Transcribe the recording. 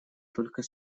только